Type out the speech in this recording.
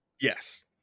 Yes